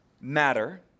matter